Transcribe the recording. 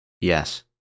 Yes